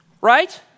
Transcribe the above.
Right